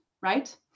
right